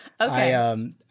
Okay